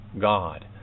God